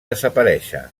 desaparèixer